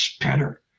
better